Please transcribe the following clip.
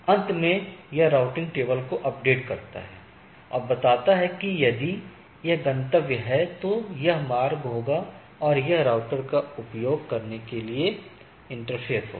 अंत में यह राउटिंग टेबल को अपडेट करता है और बताता है कि यदि यह गंतव्य है तो यह मार्ग होगा और यह राउटर का उपयोग करने के लिए इंटरफ़ेस होगा